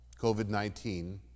COVID-19